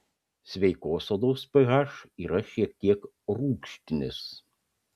sveikos odos ph yra šiek tiek rūgštinis